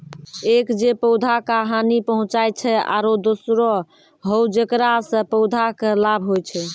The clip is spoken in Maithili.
एक जे पौधा का हानि पहुँचाय छै आरो दोसरो हौ जेकरा सॅ पौधा कॅ लाभ होय छै